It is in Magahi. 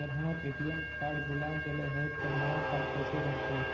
अगर हमर ए.टी.एम कार्ड भुला गैलै हे तब नया काड कइसे बनतै?